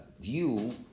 view